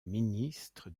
ministre